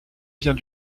vient